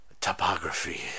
topography